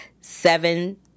seven